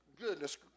goodness